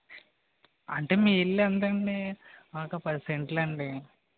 అంటే మీ ఇల్లు ఎంత అండి మాకు ఓ పది సెంట్లు అండి